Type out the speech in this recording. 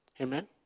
Amen